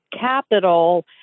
capital